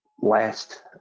last